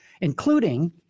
including